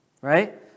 right